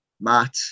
Matt